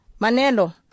Manelo